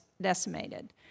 decimated